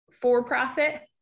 for-profit